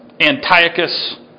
Antiochus